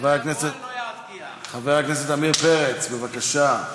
חבר הכנסת עמיר פרץ, בבקשה.